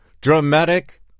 Dramatic